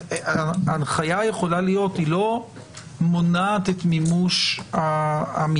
ההנחיה יכולה להיות והיא לא מונעת את מימוש העמידה